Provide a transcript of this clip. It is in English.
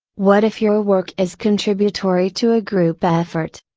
what if your ah work is contributory to a group effort?